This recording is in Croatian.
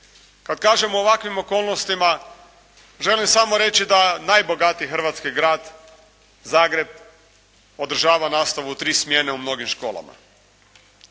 Kada kažem u ovakvim okolnostima, želim samo reći da najbogatiji hrvatski grad, Zagreb, održava nastavu u tri smjene u mnogim školama.